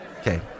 Okay